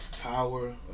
power